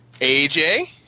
AJ